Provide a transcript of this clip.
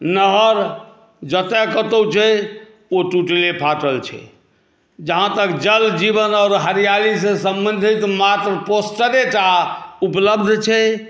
नहर जतय कतौ छै ओ टूटले फाटले छै जहाँ तक जल जीवन आओर हरियालीसॅं सम्बंधित मात्र पोस्टरेटा उपलब्ध छै